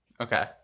Okay